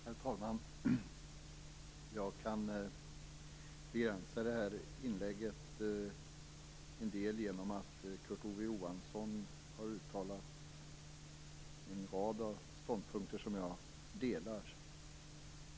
Herr talman! Jag kan begränsa detta inlägg en del genom att Kurt Ove Johansson har uttalat en rad av de ståndpunkter som jag delar.